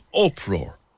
uproar